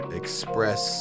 express